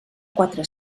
quatre